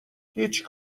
هیچ